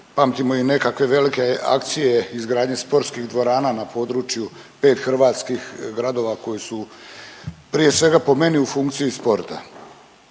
Pamtimo i nekakve velike akcije izgradnje sportskih dvorana na području pet hrvatskih gradova koji su prije svega po meni u funkciji sporta.